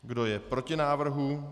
Kdo je proti návrhu?